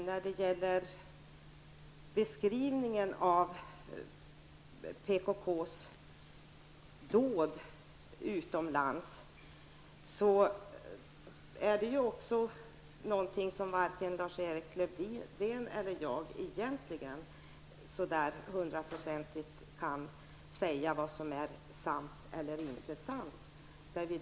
När det gäller beskrivningen av PKKs dåd utomlands kan varken jag eller Lars-Erik Lövdén med någon hundraprocentig säkerhet säga vad som är sant eller inte sant.